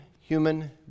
human